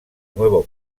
nuevo